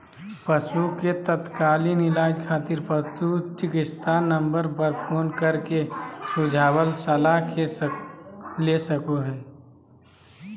पशु के तात्कालिक इलाज खातिर पशु चिकित्सा नम्बर पर फोन कर के सुझाव सलाह ले सको हखो